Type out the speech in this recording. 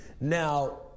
now